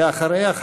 ואחריה,